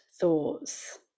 thoughts